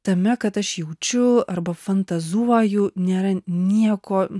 tame kad aš jaučiu arba fantazuoju nėra nieko